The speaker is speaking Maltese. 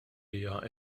hija